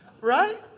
Right